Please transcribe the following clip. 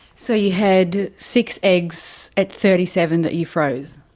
so you had six eggs at thirty seven that you froze.